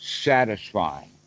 satisfying